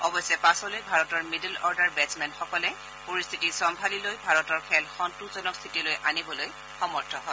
অৱশ্যে পাছলৈ ভাৰতৰ মিডল অৰ্ডাৰ বেটছমেনসকলে পৰিস্থিতি চম্ভালি লৈ ভাৰতৰ খেল সন্তোষজনক স্থিতিলৈ আনিবলৈ সমৰ্থ হয়